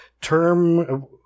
term